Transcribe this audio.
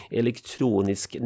elektronisk